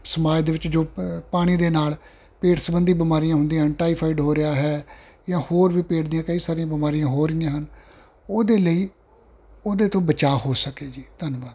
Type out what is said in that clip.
ਸਮਾਜ ਦੇ ਵਿੱਚ ਜੋ ਪਾਣੀ ਦੇ ਨਾਲ ਪੇਟ ਸੰਬੰਧੀ ਬਿਮਾਰੀਆਂ ਹੁੰਦੀਆਂ ਟਾਈਫਾਇਡ ਹੋ ਰਿਹਾ ਹੈ ਜਾਂ ਹੋਰ ਪੇਟ ਦੀਆਂ ਕਈ ਸਾਰੀਆਂ ਬਿਮਾਰੀਆਂ ਹੋ ਰਹੀਆਂ ਹਨ ਉਹਦੇ ਲਈ ਉਹਦੇ ਤੋਂ ਬਚਾ ਹੋ ਸਕੇ ਜੀ ਧੰਨਵਾਦ